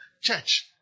church